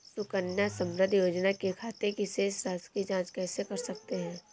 सुकन्या समृद्धि योजना के खाते की शेष राशि की जाँच कैसे कर सकते हैं?